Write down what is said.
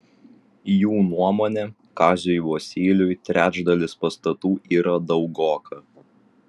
jų nuomone kaziui vosyliui trečdalis pastatų yra daugoka